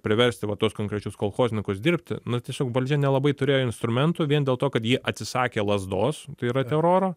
priversti va tuos konkrečius kolchoznikus dirbti nu tiesiog valdžia nelabai turėjo instrumentų vien dėl to kad ji atsisakė lazdos tai yra teroro